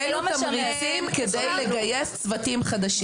אלו התמריצים כדי לגייס צוותים חדשים.